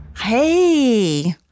Hey